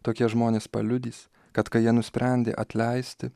tokie žmonės paliudys kad kai jie nusprendė atleisti